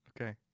Okay